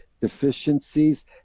deficiencies